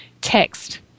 text